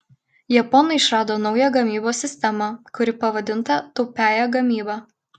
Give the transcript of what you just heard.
japonai išrado naują gamybos sistemą kuri pavadinta taupiąja gamyba